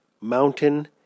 Mountain